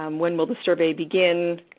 um when will the survey begin?